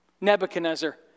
Nebuchadnezzar